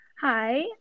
Hi